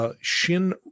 Shin